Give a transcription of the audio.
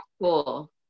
cool